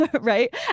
right